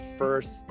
first